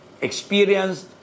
experienced